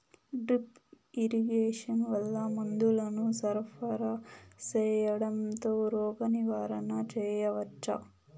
Drip irrigation వల్ల మందులను సరఫరా సేయడం తో రోగ నివారణ చేయవచ్చా?